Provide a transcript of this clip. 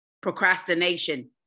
Procrastination